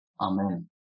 Amen